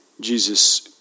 Jesus